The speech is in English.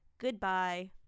goodbye